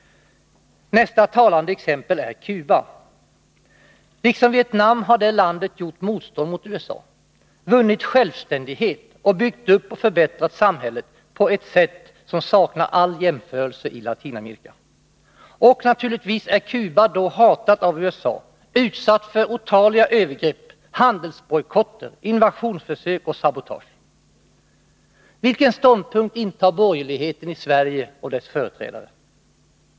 Nästa talande exempel är Cuba. Liksom Vietnam har det landet gjort motstånd mot USA, vunnit självständighet och byggt upp och förbättrat samhället på ett sätt som saknar all jämförelse i Latinamerika. Och naturligtvis är Cuba då hatat av USA samt utsatt för otaliga övergrepp, handelsbojkotter, invasionsförsök och sabotage. Vilken ståndpunkt intar borgerligheten i Sverige och dess företrädare?